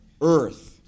Earth